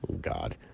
God